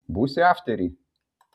būsi aftery